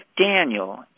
Daniel